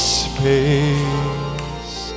space